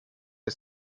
del